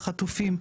החטופים.